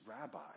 Rabbi